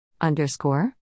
Underscore